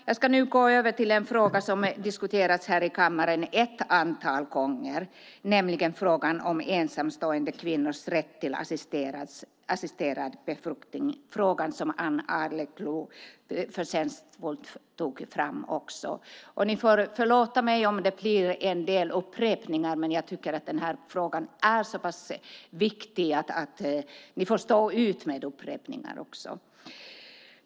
Jag ska nu gå över till en fråga som diskuterats i kammaren ett antal gånger, nämligen frågan om ensamstående kvinnors rätt till assisterad befruktning, en fråga som även Ann Arleklo tog upp på ett förtjänstfullt sätt. Ni får förlåta mig om det blir en del upprepningar, men jag tycker att frågan är mycket viktig och ni får därför försöka stå ut med upprepningarna.